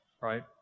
right